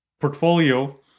portfolio